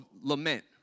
lament